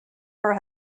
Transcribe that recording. her